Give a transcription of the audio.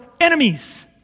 enemies